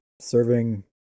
serving